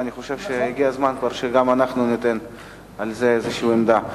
ואני חושב שהגיע הזמן שגם אנחנו נביע על זה עמדה.